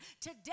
today